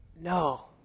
No